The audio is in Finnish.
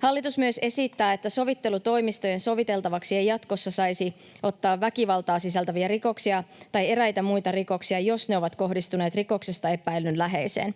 Hallitus myös esittää, että sovittelutoimistojen soviteltavaksi ei jatkossa saisi ottaa väkivaltaa sisältäviä rikoksia tai eräitä muita rikoksia, jos ne ovat kohdistuneet rikoksesta epäillyn läheiseen.